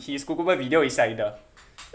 his kuku bird video is like the